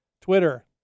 Twitter